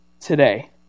today